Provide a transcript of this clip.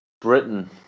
Britain